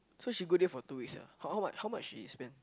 so she got there for two weeks ah how how much she spent